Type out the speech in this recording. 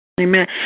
Amen